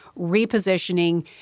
repositioning